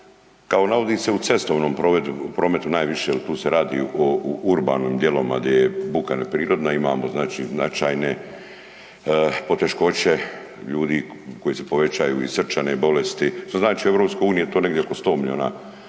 Kao navodi se u cestovnom prometu najviše jel tu se radi o, u urbanim dijelovima gdje je buka neprirodna. Imamo znači značajne poteškoće ljudi koji se povećaju i srčane bolesti, što znači u EU je to negdje oko 100 milijuna